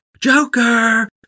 Joker